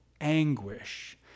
anguish